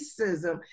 racism